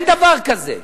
אין דבר כזה.